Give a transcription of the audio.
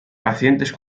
pacientes